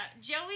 Joey